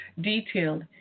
detailed